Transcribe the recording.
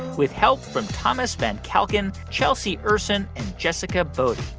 with help from thomas van kalken, chelsea ursin and jessica bodie.